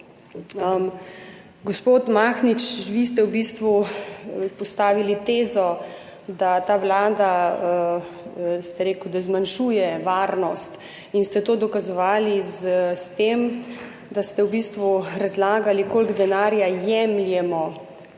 Gospod Mahnič, vi ste v bistvu postavili tezo, da ta vlada, ste rekli, zmanjšuje varnost, in ste to dokazovali s tem, da ste razlagali, koliko denarja jemljemo.